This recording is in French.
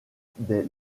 des